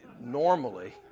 normally